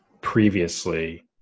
previously